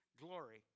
glory